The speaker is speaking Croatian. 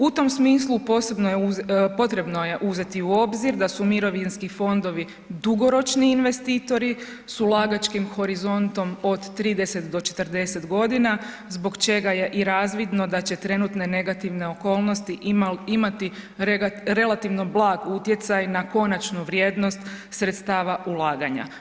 U tom smislu posebno je, potrebno je uzeti u obzir da su mirovinski fondovi dugoročni investitori s ulagačkim horizontom od 30 do 40.g. zbog čega je i razvidno da će trenutne negativne okolnosti imati relativno blag utjecaj na konačnu vrijednost sredstava ulaganja.